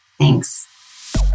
Thanks